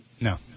No